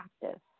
practice